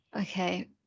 Okay